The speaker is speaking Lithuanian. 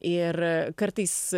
ir kartais